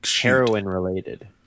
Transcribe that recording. Heroin-related